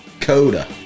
coda